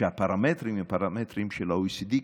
שהפרמטרים הם פרמטרים של ה-OECD,